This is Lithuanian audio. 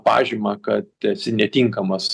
pažymą kad esi netinkamas